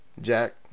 Jack